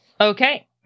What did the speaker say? Okay